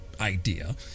idea